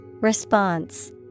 Response